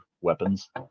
weapons